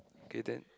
K then